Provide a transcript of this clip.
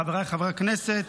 חבריי חברי הכנסת.